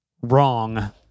Wrong